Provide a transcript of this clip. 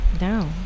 No